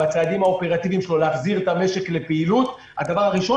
בצעדים האופרטיביים שלו להחזיר את המשק לפעילות הדבר הראשון